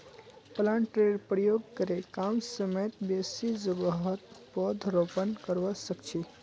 प्लांटरेर प्रयोग करे कम समयत बेसी जोगहत पौधरोपण करवा सख छी